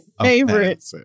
favorite